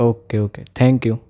okay okay thank you